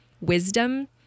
wisdom